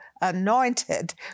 anointed